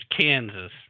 Kansas